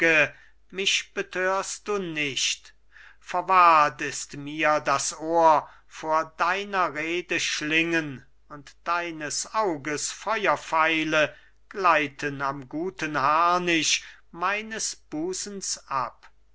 mich betörst du nicht verwahrt ist mir das ohr vor deiner rede schlingen und deines auges feuerpfeile gleiten am guten harnisch meines busens ab